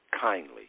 Kindly